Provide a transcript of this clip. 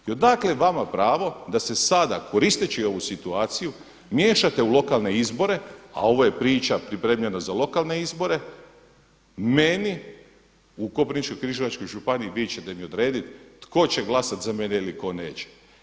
I odakle vama pravo da se sada koristeći sada ovu situaciju miješate u lokalne izbore, a ovo je priča pripremljena za lokalne izbore meni u Koprivničko-križevačkoj županiji vi ćete mi odrediti tko će glasati za mene, tko neće.